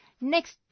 next